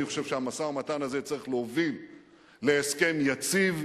אני חושב שהמשא-ומתן הזה צריך להוביל להסכם יציב,